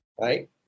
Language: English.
right